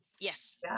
Yes